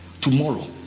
tomorrow